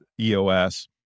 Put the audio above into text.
EOS